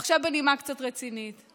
ועכשיו בנימה קצת רצינית.